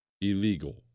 illegal